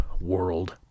world